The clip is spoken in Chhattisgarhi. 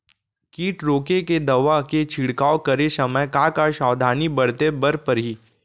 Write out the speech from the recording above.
किट रोके के दवा के छिड़काव करे समय, का का सावधानी बरते बर परही?